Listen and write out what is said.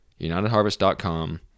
Unitedharvest.com